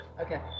Okay